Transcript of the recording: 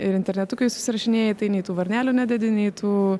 ir internetu kai susirašinėji tai nei tų varnelių nededi nei tų